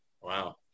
Wow